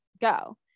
go